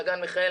מעגן מיכאל,